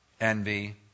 envy